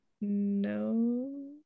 No